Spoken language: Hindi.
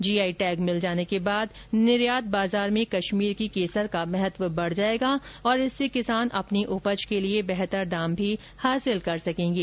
जी आई टैग मिल जाने के बाद निर्यात बाजार में कश्मीर की केसर का महत्व बढ जायेगा और इससे किसान अपनी उपज के लिए बेहतर दाम भी हासिल कर सकेंगे